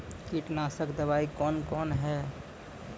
कीटनासक दवाई कौन कौन हैं?